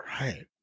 Right